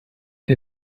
der